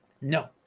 No